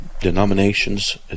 denominations